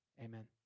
Amen